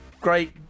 great